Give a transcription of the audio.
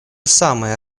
самое